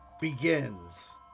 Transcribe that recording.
Begins